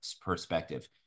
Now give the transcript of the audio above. perspective